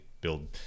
build